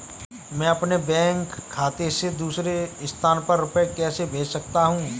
मैं अपने बैंक खाते से दूसरे स्थान पर रुपए कैसे भेज सकता हूँ?